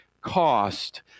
cost